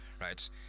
right